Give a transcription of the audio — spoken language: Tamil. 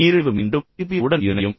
எனவே நீரிழிவு மீண்டும் பிபி உடன் இணையும்